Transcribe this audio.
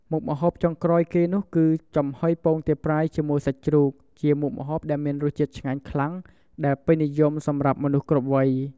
មុខម្ហូបចុងក្រោយគេនោះ គឺចំហុយពងទាប្រៃជាមួយសាច់ជ្រូក ជាមុខម្ហូបដែរមានរសជាតិឆ្ងាញ់ខ្លាំង ដែលពេញនិយមសម្រាប់មនុស្សគ្រប់វ័យ។